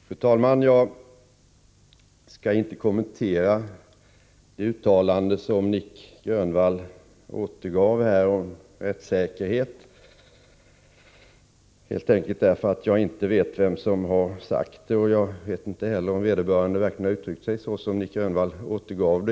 Fru talman! Jag kan inte kommentera det uttalande om rättssäkerhet som Nic Grönvall här återgav, helt enkelt därför att jag inte vet vem som har gjort det, och jag vet inte heller om vederbörande verkligen uttryckt sig så som Nic Grönvall uppgav.